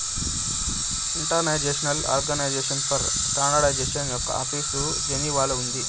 international organisation for standardisation యొక్క office జెనీవాలో ఉంది